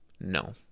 No